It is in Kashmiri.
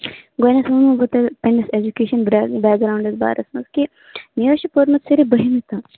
گۄڑٕنیٚتھ وَنہو بہٕ تۄہہِ پَننِس ایٚجوکیشَن بیک گرٛاوُنٛڈ بارَس مَنٛز کہِ مےٚ حظ چھُ پوٚرمُت صرِف بٔہمہِ تام